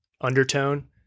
undertone